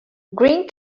green